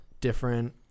different